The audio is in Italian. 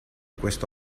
questo